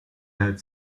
had